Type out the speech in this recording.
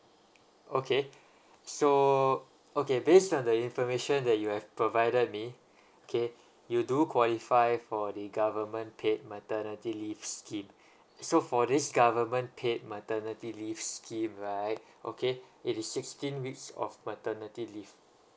okay so okay based on the information that you have provided me okay you do qualify for the government paid maternity leave scheme so for this government paid maternity leave scheme right okay it is sixteen weeks of maternity leave